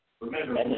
Remember